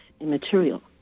immaterial